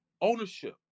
ownership